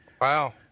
Wow